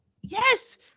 Yes